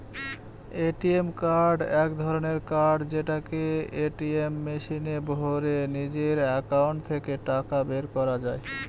ATM card এক ধরনের card যেটাকে এটিএম মেশিনে ভোরে নিজের একাউন্ট থেকে টাকা বের করা যায়